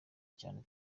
cyane